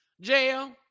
Jail